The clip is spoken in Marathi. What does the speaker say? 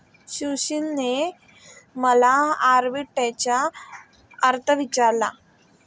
सुशीलने मला आर्बिट्रेजचा अर्थ विचारला